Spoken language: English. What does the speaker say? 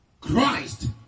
Christ